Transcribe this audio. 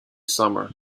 summer